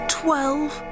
twelve